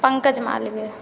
Pankaj Malviya